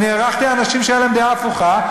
ואני הערכתי אנשים שהייתה להם דעה הפוכה,